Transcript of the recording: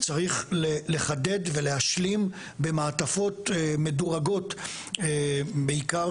צריך לחדד ולהשלים במעטפות מדורגות בעיקר